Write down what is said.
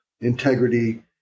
integrity